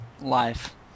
life